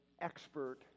expert